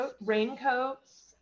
raincoats